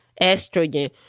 estrogen